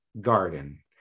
garden